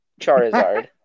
Charizard